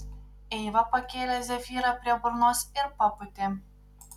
eiva pakėlė zefyrą prie burnos ir papūtė